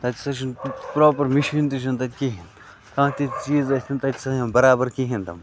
تَتہِ سا چھُنہٕ پراپر مشیٖن تہِ چھنہٕ تَتہِ کِہیٖن کانٛہہ تہِ چیٖز ٲسۍتن تَتہِ ہسا چھنہٕ بَرابَر کِہیٖنۍ تِم